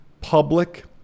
public